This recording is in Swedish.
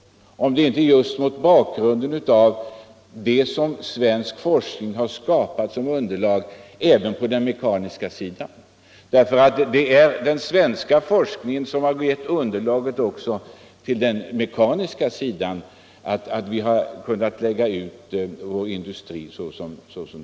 Är det inte just mot bakgrunden av att svensk forskning har skapat så stort underlag på den mekaniska sidan som vi har kunnat lägga ut vår industri så som skett?